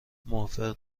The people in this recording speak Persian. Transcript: موافق